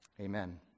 Amen